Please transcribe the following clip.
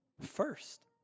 first